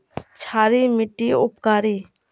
क्षारी मिट्टी उपकारी?